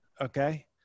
okay